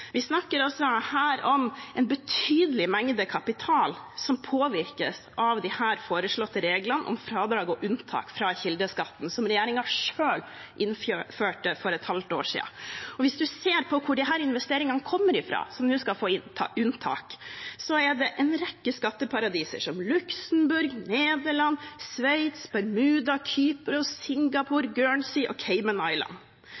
Vi snakker altså her om en betydelig mengde kapital som påvirkes av disse foreslåtte reglene om fradrag og unntak fra kildeskatten som regjeringen selv innførte for et halvt år siden. Hvis man ser på hvor disse investeringene som nå skal få unntak, kommer fra, er det en rekke skatteparadiser, som Luxembourg, Nederland, Sveits, Bermuda, Kypros,